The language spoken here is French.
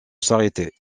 s’arrêter